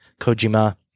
Kojima